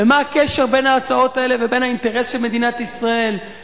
ומה הקשר בין ההצעות האלה ובין האינטרס של מדינת ישראל,